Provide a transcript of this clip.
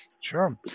Sure